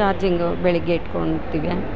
charging ಬೆಳಗ್ಗೆ ಇಟ್ಕೊಳ್ತೀವಿ